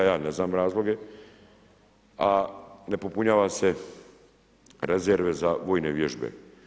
Ja ne znam razloge, a ne popunjava se rezerve za vojne vježbe.